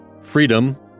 freedom